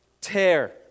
tear